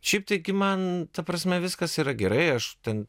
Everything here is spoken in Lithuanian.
šiaip taigi man ta prasme viskas yra gerai aš ten